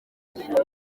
njyenyine